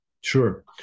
Sure